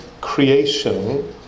creation